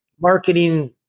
marketing